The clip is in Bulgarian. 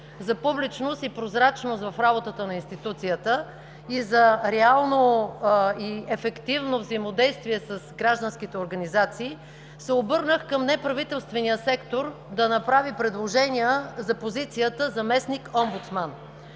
за публичност и прозрачност в работата на институцията и за реално и ефективно взаимодействие с гражданските организации, се обърнах към неправителствения сектор да направи предложения за позицията заместник-омбудсман.